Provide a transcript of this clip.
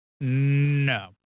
No